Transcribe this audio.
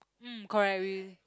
mm correct we